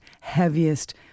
heaviest